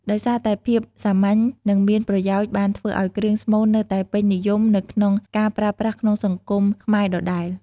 ដោយសារតែភាពសាមញ្ញ និងមានប្រយោជន៍បានធ្វើឱ្យគ្រឿងស្មូននៅតែពេញនិយមនៅក្នុងការប្រើប្រាស់ក្នុងសង្គមខ្មែរដដែល។